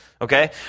okay